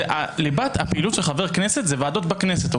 ליבת הפעילות של חבר כנסת זה ועדות בכנסת.